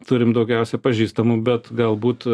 turim daugiausia pažįstamų bet galbūt